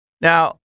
Now